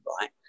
right